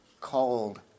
called